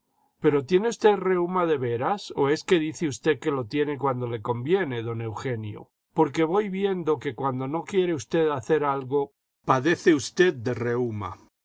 pero tiene usted reúma de veras o es que dice usted que lo tiene cuando le conviene don eugenio porque voy viendo que cuando no quiere usted hacer algo padece usted de reúma